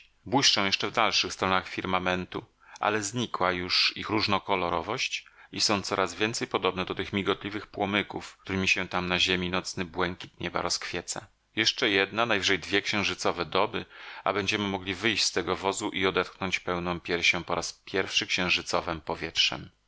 błyszczą jeszcze w dalszych stronach firmamentu ale znikła już ich różnokolorowość i są coraz więcej podobne do tych migotliwych płomyków którymi się tam na ziemi nocny błękit nieba rozkwieca jeszcze jedna najwyżej dwie księżycowe doby a będziemy mogli wyść z tego wozu i odetchnąć pełną piersią po raz pierwszy księżycowem powietrzem